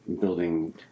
building